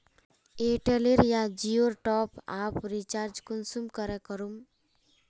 Airtel या जियोर top आप रिचार्ज कुंसम करे करूम?